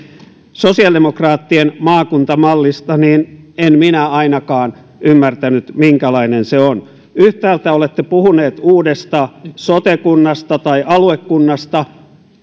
sosiaalidemokraattien maakuntamallista niin en minä ainakaan ymmärtänyt minkälainen se on yhtäältä olette puhuneet uudesta sote kunnasta tai aluekunnasta